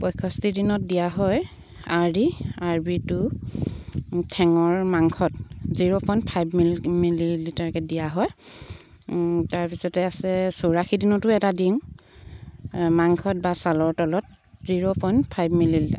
পয়ষষ্ঠি দিনত দিয়া হয় আৰ দি আৰ দি টু ঠেঙৰ মাংসত জিৰ' পইণ্ট ফাইভ মিল মিলি লিটাৰকে দিয়া হয় তাৰপিছতে আছে চৌৰাশী দিনতো এটা দিওঁ মাংসত বা ছালৰ তলত জিৰ' পইণ্ট ফাইভ মিলিলিটাৰ